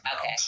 okay